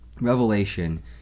Revelation